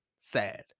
sad